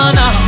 no